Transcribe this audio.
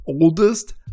oldest